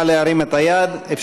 נא להרים את היד.